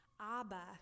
Abba